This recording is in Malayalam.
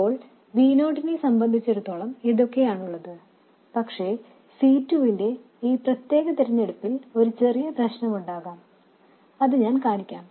ഇപ്പോൾ V നോട്ടിനെ സംബന്ധിച്ചിടത്തോളം ഇതൊക്കെയാണുള്ളത് പക്ഷേ C2 ന്റെ ഈ പ്രത്യേക തിരഞ്ഞെടുപ്പിൽ ഒരു ചെറിയ പ്രശ്നമുണ്ടാകാം അത് ഞാൻ കാണിക്കാം